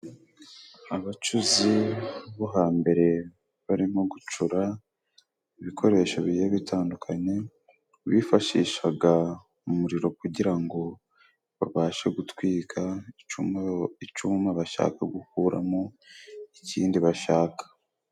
Abacuzi bo hambere barimo gucura ibikoresho bigiye bitandukanye, bifashishaga umuriro kugira ngo babashe gutwika icuma, icuma bashaka gukuramo ikindi bashaka.